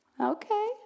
okay